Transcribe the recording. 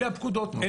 אלה הפקודות.